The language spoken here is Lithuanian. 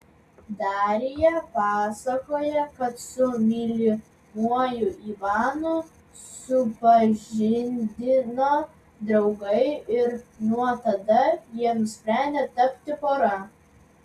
darija pasakoja kad su mylimuoju ivanu supažindino draugai ir nuo tada jie nusprendė tapti pora